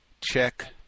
check